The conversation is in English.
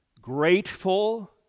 grateful